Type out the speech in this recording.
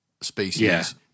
species